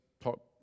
talk